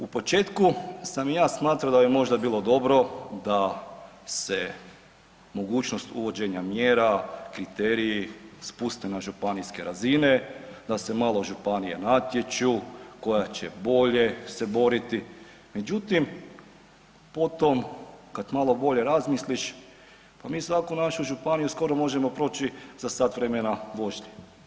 U početku sam ja smatramo da bi možda bilo dobro da se mogućnost uvođenja mjera, kriteriji spuste na županijske razine, da se malo županije natječu koja će bolje se boriti međutim potom kad malo bolje razmisliš, po svaku našu županiju skoro možemo proći za sat vremena vožnje.